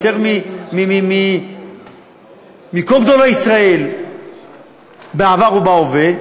יותר מכל גדולי ישראל בעבר ובהווה,